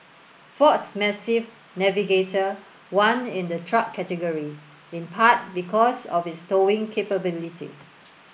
Ford's massive Navigator won in the truck category in part because of its towing capability